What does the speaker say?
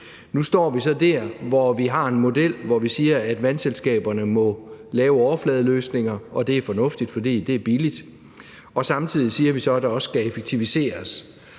Nu står vi så der, hvor vi har en model, hvor vi siger, at vandselskaberne må lave overfladeløsninger, og det er fornuftigt, fordi det er billigt. Og samtidig siger vi så, at der også skal effektiviseres.